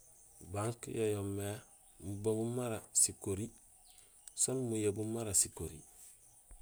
Banque yo yoomé mubaŋuum mara sikori sén muyabuum mara sikori.